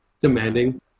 demanding